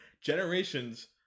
Generations